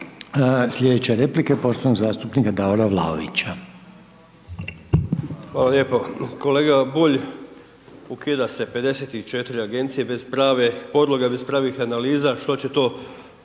Slijedeće replike poštovanog zastupnika Davora Vlaovića. **Vlaović, Davor (HSS)** Hvala lijepo. Kolega Bulj, ukida se 54 Agencije bez prave podloge, bez pravih analiza, što će to donijeti